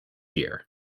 year